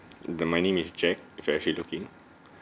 the my name is jack for actually looking